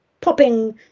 popping